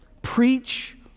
Preach